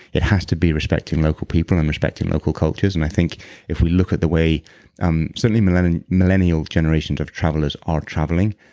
it has to be respect to local people and respecting local cultures and i think if we look at the way um certainly millennial millennial generations of travelers are traveling,